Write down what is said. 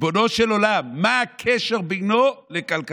ריבונו של עולם, מה הקשר בינו לבין כלכלה?